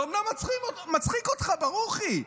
זה אומנם מצחיק אותך, ברוכי.